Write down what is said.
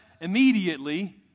immediately